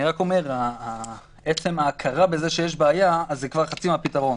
רק אומר שעצם ההכרה בזה שיש בעיה זה כבר חצי מהפתרון